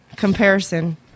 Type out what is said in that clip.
Comparison